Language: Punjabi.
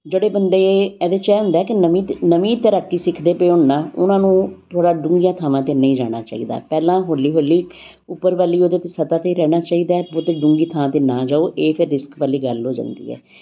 ਜਿਹੜੇ ਬੰਦੇ ਇਹਦੇ 'ਚ ਐ ਹੁੰਦਾ ਕਿ ਨਵੀਂ ਨਵੀਂ ਤੈਰਾਕੀ ਸਿੱਖਦੇ ਪਏ ਉਹਨਾਂ ਉਹਨਾਂ ਨੂੰ ਥੋੜ੍ਹੀਆਂ ਡੂੰਘੀਆਂ ਥਾਵਾਂ 'ਤੇ ਨਹੀਂ ਜਾਣਾ ਚਾਹੀਦਾ ਪਹਿਲਾਂ ਹੌਲੀ ਹੌਲੀ ਉੱਪਰ ਵਾਲੀ ਉਹਦੇ ਸਤਾ 'ਤੇ ਰਹਿਣਾ ਚਾਹੀਦਾ ਬਹੁਤੀ ਡੂੰਗੀ ਥਾਂ 'ਤੇ ਨਾ ਜਾਓ ਇਹ ਫਿਰ ਰਿਸਕ ਵਾਲੀ ਗੱਲ ਹੋ ਜਾਂਦੀ ਹੈ